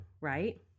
right